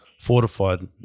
fortified